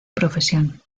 profesión